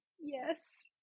yes